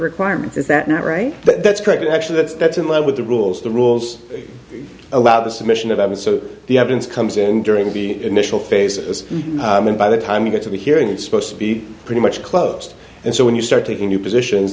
requirements is that not right but that's correct actually that's that's in line with the rules the rules allow the submission of a so the evidence comes in during the initial phases and by the time you get to the hearing supposed to be pretty much closed and so when you start taking new positions